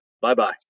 Bye-bye